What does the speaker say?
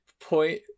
Point